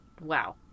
Wow